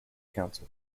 council